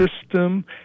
system